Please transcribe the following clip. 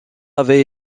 avait